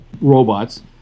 robots